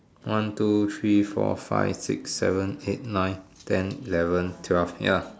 one two three four five six seven eight nine ten eleven twelve ya